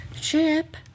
Chip